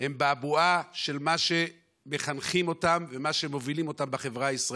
הם בבואה של מה שמחנכים אותם ומה שמובילים אותם בחברה הישראלית.